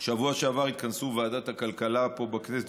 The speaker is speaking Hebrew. בשבוע שעבר התכנסו ועדת הכלכלה פה בכנסת